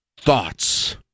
thoughts